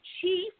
chief